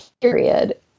period